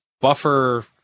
buffer